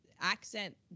accent